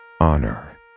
honor